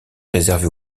réservée